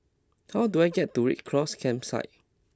how do I get to Red Cross Campsite